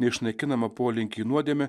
neišnaikinamą polinkį į nuodėmę